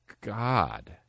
God